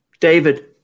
David